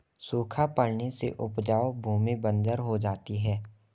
सूखा पड़ने से उपजाऊ भूमि बंजर हो जाती है